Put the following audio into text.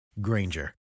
Granger